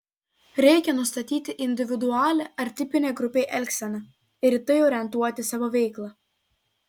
reikia nustatyti individualią ar tipinę grupei elgseną ir į tai orientuoti savo veiklą